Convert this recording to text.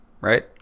right